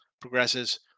progresses